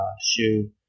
shoe